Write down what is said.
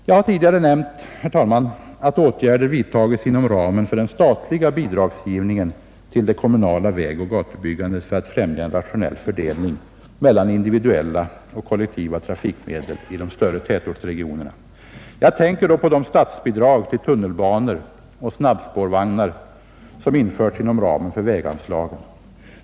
Jag har tidigare nämnt, herr talman, att åtgärder vidtagits inom ramen för den statliga bidragsgivningen till det kommunala vägoch gatbyggandet för att främja en rationell fördelning mellan individuella och kollektiva trafikmedel i de större tätortsregionerna. Jag tänker då på de statsbidrag till tunnelbanor och snabbspårvagnar som har lämnats inom ramen för väganslagen.